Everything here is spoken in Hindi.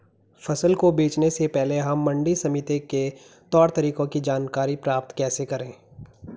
फसल को बेचने से पहले हम मंडी समिति के तौर तरीकों की जानकारी कैसे प्राप्त करें?